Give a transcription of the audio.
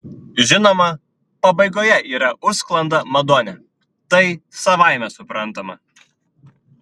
žinoma pabaigoje yra užsklanda madone tai savaime suprantama